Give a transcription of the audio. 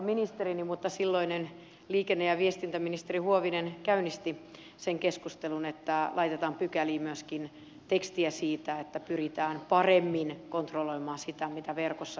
silloin ministerikollegani silloinen liikenne ja viestintäministeri huovinen käynnisti sen keskustelun että laitetaan pykäliin myöskin tekstiä siitä että pyritään paremmin kontrolloimaan sitä mitä verkossa tapahtuu